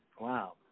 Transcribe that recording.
wow